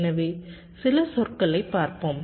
எனவே சில சொற்களைப் பார்ப்போம்